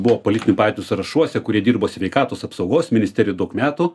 buvo politinių partijų sąrašuose kurie dirbo sveikatos apsaugos ministerijoj daug metų